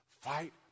Fight